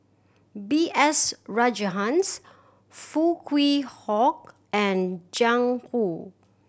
B S Rajhans Foo Kwee and Jiang Hu